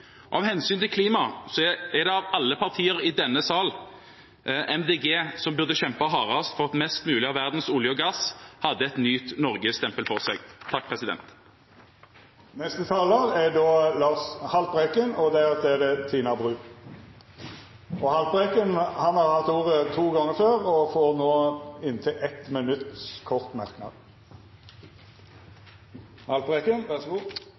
Av hensyn til klimaet er det av alle partier i denne sal Miljøpartiet De Grønne som burde kjempe hardest for at mest mulig av verdens olje og gass hadde et Nyt Norge-stempel på seg. Representanten Lars Haltbrekken har hatt ordet to gonger tidlegare og får ordet til ein kort merknad, avgrensa til 1 minutt. Jeg skjønner at det har vært vanskelig å få